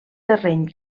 terreny